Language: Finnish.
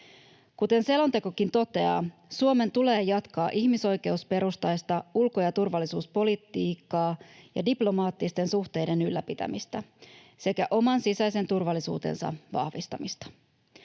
Kuten selontekokin toteaa, Suomen tulee jatkaa ihmisoikeusperustaista ulko- ja turvallisuuspolitiikkaa ja diplomaattisten suhteiden ylläpitämistä sekä oman sisäisen turvallisuutensa vahvistamista.